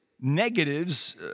negatives